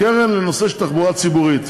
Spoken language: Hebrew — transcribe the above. של תחבורה הציבורית.